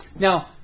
Now